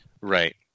Right